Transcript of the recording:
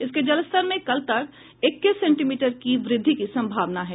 इसके जलस्तर में कल तक इक्कीस सेंटीमीटर की वृद्धि की संभावना है